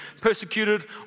persecuted